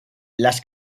las